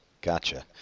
Gotcha